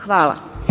Hvala.